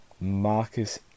Marcus